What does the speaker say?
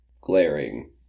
glaring